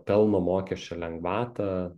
pelno mokesčio lengvatą